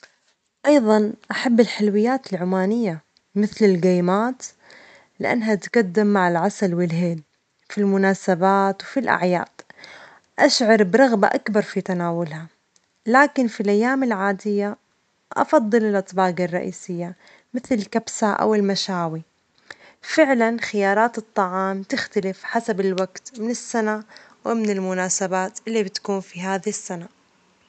أيظا أحب الحلويات العمانية مثل اللجيمات لأنها تقدم مع العسل والهيل في المناسبات وفي الأعياد، أشعر برغبة أكبر في تناولها، لكن في الأيام العادية أفضل الأطباج الرئيسية مثل الكبسة أو المشاوي، فعلاً خيارات الطعام تختلف حسب الوجت من السنة ومن المناسبات اللي بتكون في هذه السنة.